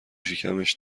شکمش